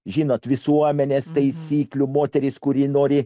žymių visuomenės taisyklių moterys kurie nori